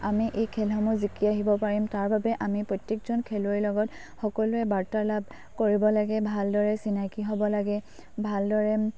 আমি এই খেলসমূহ জিকি আহিব পাৰিম তাৰ বাবে আমি প্ৰত্যেকজন খেলুৱৈৰ লগত সকলোৰে বাৰ্তালাপ কৰিব লাগে ভালদৰে চিনাকি হ'ব লাগে ভালদৰে